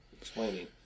explaining